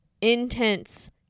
intense